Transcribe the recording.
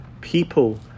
people